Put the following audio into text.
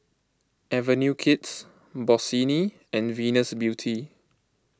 Avenue Kids Bossini and Venus Beauty